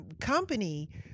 company